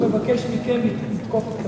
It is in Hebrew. הוא מבקש מכם לתקוף את קדימה.